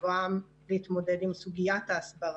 בבואם להתמודד עם סוגיית ההסברה.